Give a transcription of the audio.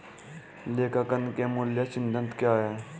लेखांकन के मूल सिद्धांत क्या हैं?